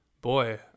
Boy